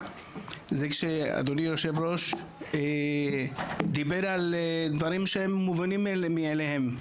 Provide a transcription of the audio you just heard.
זה כשאדוני יושב הראש דיבר על דברים שהם מובנים מאליהם.